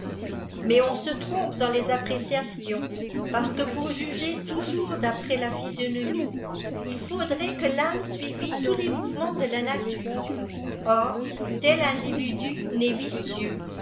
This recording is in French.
mais on se trompe dans les appréciations parce que pour jugei toujours d'après la physionomie il faudrait que tame suivtt tous tes mouvements de la nature or tel individu